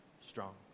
strong